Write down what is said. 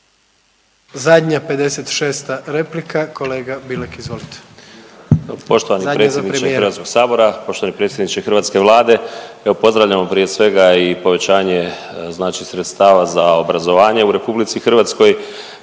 izvolite. **Bilek, Vladimir (Nezavisni)** Poštovani predsjedniče Hrvatskog sabora, poštovani predsjedniče hrvatske Vlade. Evo pozdravljamo prije svega i povećanje znači sredstava za obrazovanje u Republici Hrvatskoj.